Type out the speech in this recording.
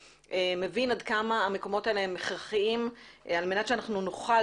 מבין עד כמה המקומות האלה הם הכרחיים על מנת שאנחנו נוכל